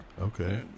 Okay